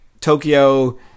Tokyo